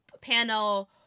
panel